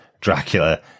Dracula